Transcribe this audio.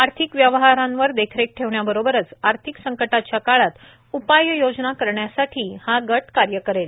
आर्थिक व्यवहारांवर देखरेख ठेवण्याबरोबरच आर्थिक संकटाच्या काळात उपाय योजना स्चवण्यासाठी हा गट कार्य करेल